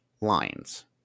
lines